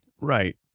Right